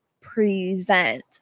present